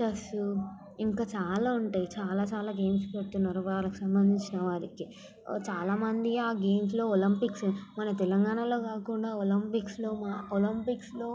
chess ఇంకా చాలా ఉంటాయి చాలా చాలా గేమ్స్ పెడుతున్నారు వాళ్ళకి సంబంధించిన వాళ్ళకే చాలా మంది ఆ గేమ్స్లో ఒలంపిక్స్ మన తెలంగాణలో కాకుండా ఒలంపిక్స్లో మ ఒలంపిక్స్లో